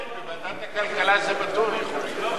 כן, בוועדת הכלכלה זה בטוח יכול להיות.